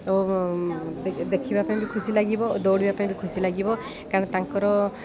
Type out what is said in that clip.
ଓ ଦେ ଦେଖିବା ପାଇଁ ବି ଖୁସି ଲାଗିବ ଦୌଡ଼ିବା ପାଇଁ ବି ଖୁସି ଲାଗିବ କାରଣ ତାଙ୍କର